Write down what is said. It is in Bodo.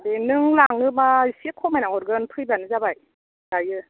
ए नों लाङोबा एसे खमायना हरगोन फैबानो जाबाय दायो